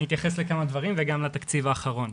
אני אתייחס לכמה דברים, וגם לתקציב האחרון.